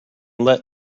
let